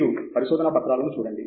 మీరు పరిశోధనా పత్రాలను చూడండి